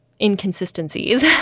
inconsistencies